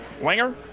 Winger